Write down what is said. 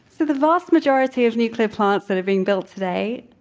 the vast majority of nuclear plants that are being built today,